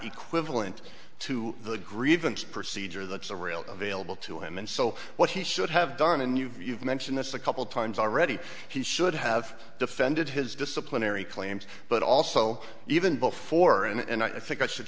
equivalent to the grievance procedure that's a real available to him and so what he should have done and you've mentioned this a couple times already he should have defended his disciplinary claims but also even before and i think i should